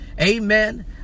amen